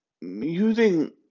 using